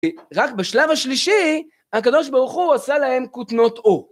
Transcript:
רק בשלב השלישי, הקדוש ברוך הוא עשה להם כותנות עור.